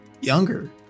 younger